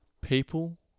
People